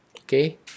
Okay